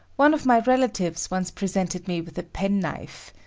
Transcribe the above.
one of my relatives once presented me with a pen-knife.